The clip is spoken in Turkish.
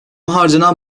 harcanan